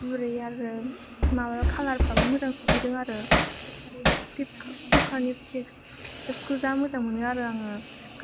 गुरै आरो माबा कालारफ्राबो मोजां सफैदों आरो फ्लिपकार्टनि एफ्सखौ जा मोजां मोनो आरो आङो